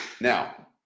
Now